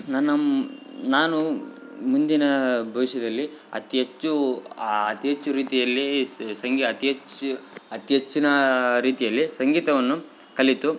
ನನ್ನ ನಾನು ಮುಂದಿನ ಭವಿಷ್ಯದಲ್ಲಿ ಅತೀ ಹೆಚ್ಚು ಅತೀ ಹೆಚ್ಚು ರೀತಿಯಲ್ಲಿ ಸಂಗೀ ಅತಿ ಹೆಚ್ಚು ಅತೀ ಹೆಚ್ಚಿನ ರೀತಿಯಲ್ಲಿ ಸಂಗೀತವನ್ನು ಕಲಿತು